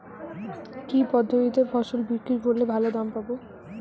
কি পদ্ধতিতে ফসল বিক্রি করলে ভালো দাম পাব?